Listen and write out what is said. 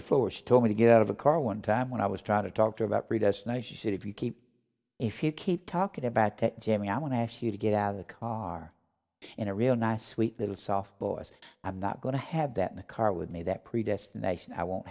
the force told me to get out of the car one time when i was trying to talk to about predestination see if you keep if you keep talking about jamming i want to ask you to get out of the car in a real nice sweet little soft voice i'm not going to have that in the car with me that predestination i won't